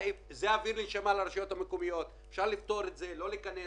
אם אנחנו צריכים ללכת על מודל חיזוי אז לא צריך לאסוף נתונים.